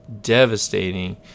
devastating